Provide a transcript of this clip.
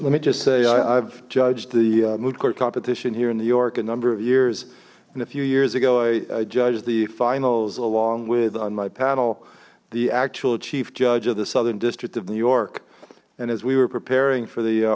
let me just say i've judged the moot court competition here in new york a number of years and a few years ago i judged the finals along with on my panel the actual chief judge of the southern district of new york and as we were preparing for the